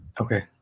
Okay